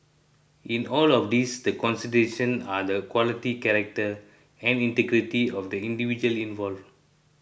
in all of these the consideration are the quality character and integrity of the individuals involved